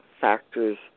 factors